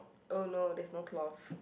oh no there's no cloth